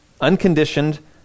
Unconditioned